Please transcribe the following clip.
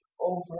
over